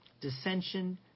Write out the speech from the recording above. dissension